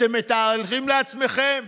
אתם מתארים לעצמכם?